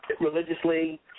religiously